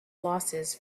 losses